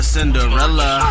Cinderella